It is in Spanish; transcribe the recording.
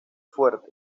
fuerte